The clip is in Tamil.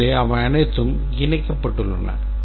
ஏனேனில் அவை அனைத்தும் இணைக்கப்பட்டுள்ளன